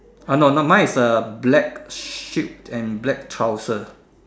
ah no no mine is uh black suit and black trouser